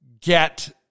get